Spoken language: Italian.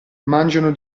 mangiano